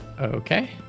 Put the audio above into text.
Okay